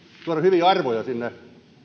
tuoda hyviä arvoja sinne